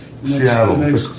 Seattle